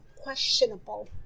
questionable